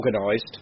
organised